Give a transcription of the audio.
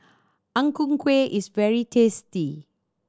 Ang Ku Kueh is very tasty